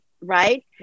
right